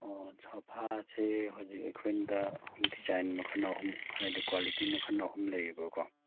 ꯑꯣ ꯁꯣꯐꯥꯁꯤ ꯍꯧꯖꯤꯛ ꯑꯩꯈꯣꯏꯗ ꯗꯤꯖꯥꯏꯟ ꯃꯈꯟ ꯑꯍꯨꯝ ꯍꯥꯏꯗꯤ ꯀ꯭ꯋꯥꯂꯤꯇꯤ ꯃꯈꯟ ꯑꯍꯨꯝ ꯂꯩꯌꯦꯕꯀꯣ